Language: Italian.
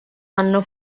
anno